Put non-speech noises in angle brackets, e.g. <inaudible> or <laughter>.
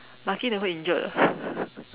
lucky never injured ah <breath>